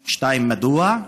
2. מדוע?